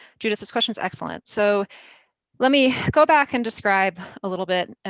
judith, this question is excellent. so let me go back and describe a little bit,